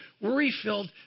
worry-filled